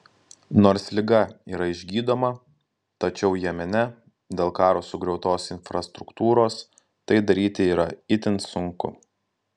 nors liga yra išgydoma tačiau jemene dėl karo sugriautos infrastruktūros tai daryti yra itin sunku